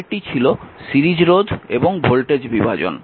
আগেরটি ছিল সিরিজ রোধ এবং ভোল্টেজ বিভাজন